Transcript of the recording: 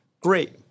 Great